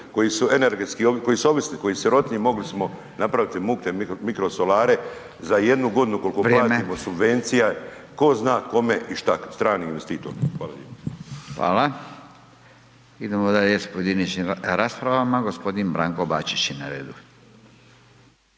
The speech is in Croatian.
koji nemaju koji su ovisni, koji su sirotinja mogli smo napraviti mukte mirkosolare za jednu godinu koliko platimo subvencija ko zna kome i šta stranim investitorima. Hvala. **Radin, Furio (Nezavisni)** Hvala. Idemo dalje sa pojedinačnim raspravama, gospodin Branko Bačić je na redu.